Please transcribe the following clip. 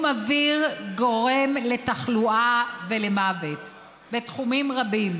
אוויר גורם לתחלואה ולמוות בתחומים רבים.